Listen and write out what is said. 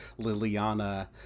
Liliana